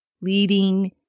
leading